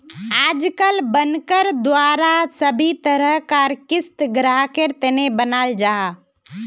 आजकल बनकर द्वारा सभी तरह कार क़िस्त ग्राहकेर तने बनाल जाहा